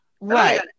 Right